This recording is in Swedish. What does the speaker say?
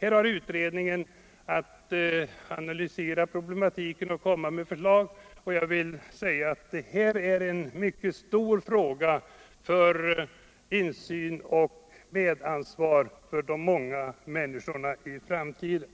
Utredningen har till uppgift att analysera denna problematik och att framlägga förslag i anslutning härtill. Det gäller en mycket stor insynsoch medansvarsfråga, som berör det stora flertalet människor i framtiden.